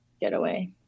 getaway